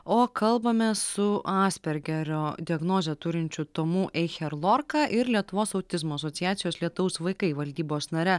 o kalbamės su aspergerio diagnozę turinčiu tomu eicherlorka ir lietuvos autizmo asociacijos lietaus vaikai valdybos nare